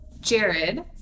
Jared